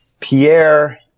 Pierre